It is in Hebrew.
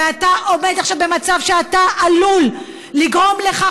ואתה עומד עכשיו במצב שאתה עלול לגרום לכך